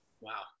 Wow